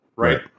right